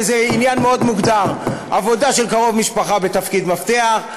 וזה עניין מאוד מוגדר: עבודה של קרוב משפחה בתפקיד מפתח,